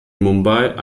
mumbai